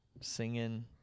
singing